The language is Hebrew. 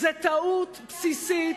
זאת טעות בסיסית,